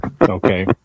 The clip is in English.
Okay